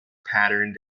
patterned